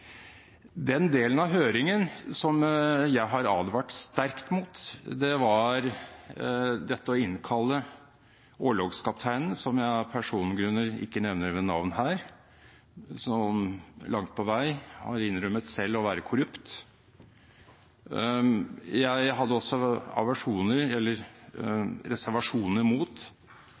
Den delen av høringen som jeg har advart sterkt mot, var det å innkalle orlogskapteinen – som jeg av persongrunner ikke nevner ved navn her – som langt på vei selv innrømmet å være korrupt. Jeg hadde også aversjoner, eller reservasjoner, mot